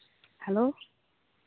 hello